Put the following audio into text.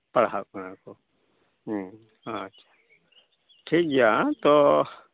ᱯᱟᱲᱦᱟᱜ ᱠᱟᱱᱟ ᱠᱚ ᱟᱪᱪᱷᱟ ᱴᱷᱤᱠᱜᱮᱭᱟ ᱛᱚ